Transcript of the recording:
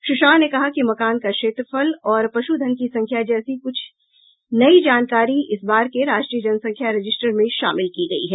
श्री शाह ने कहा कि मकान का क्षेत्रफल और पशुधन की संख्या जैसी कुछ नयी जानकारी इस बार के राष्ट्रीय जनसंख्या रजिस्टर में शामिल की गई हैं